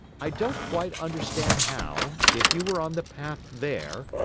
i don't quite understand how, if you were on the path there,